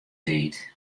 tiid